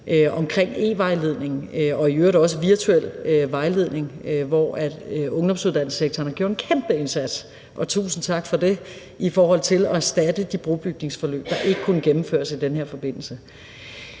omkring e-vejledning og i øvrigt også virtuel vejledning, hvor ungdomsuddannelsessektoren har gjort en kæmpe indsats – og tusind tak for det – i forhold til at erstatte de brobygningsforløb, der ikke kunne gennemføres i den her forbindelse.